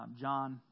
John